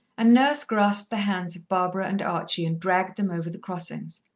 and nurse grasped the hands of barbara and archie and dragged them over the crossings.